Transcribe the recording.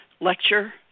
lecture